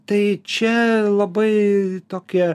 tai čia labai tokie